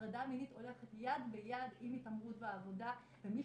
הטרדה מינית הולכת יד ביד עם התעמרות בעבודה ומי